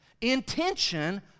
intention